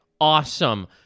Awesome